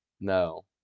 No